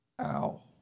Ow